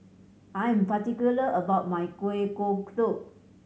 I am particular about my Kueh Kodok